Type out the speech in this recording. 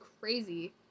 crazy